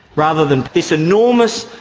rather than this enormous,